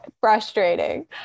frustrating